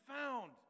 found